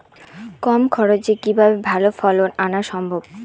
কম খরচে কিভাবে ভালো ফলন আনা সম্ভব?